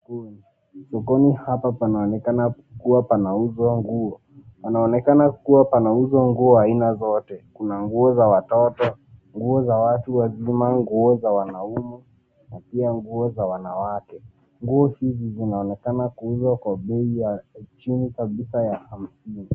Sokoni hapa panaonekana kuwa panauzwa nguo. Panaonekana kuwa panauzwa nguo aina zote. Kuna nguo za watoto, nguo za watu wazima, nguo za wanaume na pia nguo za wanawake. Nguo hizi zinaonekana kuuzwa kwa bei ya chini kabisa ya hamsini.